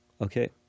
Okay